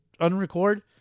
unrecord